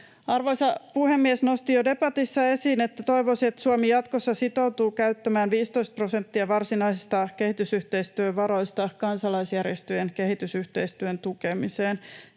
Arvoisa puhemies! Nostin jo debatissa esiin, että toivoisin, että Suomi jatkossa sitoutuu käyttämään 15 prosenttia varsinaisista kehitysyhteistyövaroista kansalaisjärjestöjen kehitysyhteistyön tukemiseen.